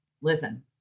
Listen